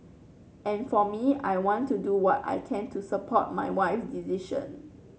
and for me I want to do what I can to support my wife decision